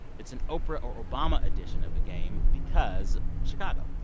it's an oprah or obama edition of the game because chicago.